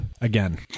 again